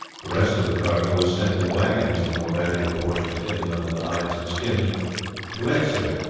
the rest of the cargo was sent in wagons the more valuable portions hidden under the hides and skins to exeter.